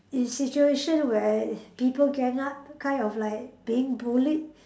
in situation where people gang up kind of like being bullied